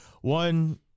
one